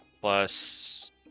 plus